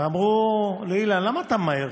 והם אמרו לאילן: למה אתה ממהר?